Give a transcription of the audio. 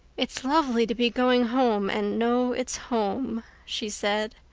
it's lovely to be going home and know it's home, she said.